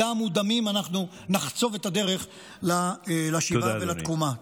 בדם ובדמים אנחנו נחצוב את הדרך לשגרה ולתקומה.